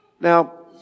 Now